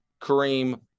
Kareem